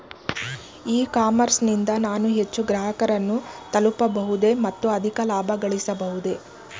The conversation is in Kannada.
ಇ ಕಾಮರ್ಸ್ ನಿಂದ ನಾನು ಹೆಚ್ಚು ಗ್ರಾಹಕರನ್ನು ತಲುಪಬಹುದೇ ಮತ್ತು ಅಧಿಕ ಲಾಭಗಳಿಸಬಹುದೇ?